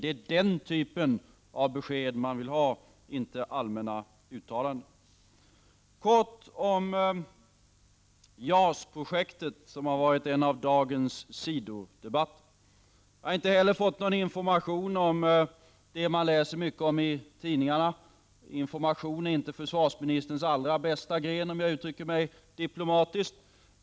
Det är den typen av besked man vill ha, inte allmänna uttalanden. Kort om JAS-projektet, som har varit en av dagens sidodebatter: Jag har inte heller fått någon information om det som man läser mycket om i tidningarna. Information är inte försvarsministerns allra bästa gren, om jag uttrycker mig diplomatiskt.